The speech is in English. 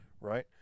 right